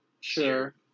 Sure